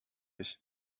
ich